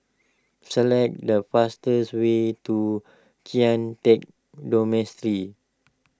select the fastest way to Kian Teck